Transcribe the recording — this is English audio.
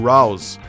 Rouse